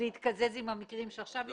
זה יתקזז עם המקרים שעכשיו יוסיפו.